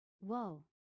Whoa